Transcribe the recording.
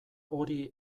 hori